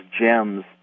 gems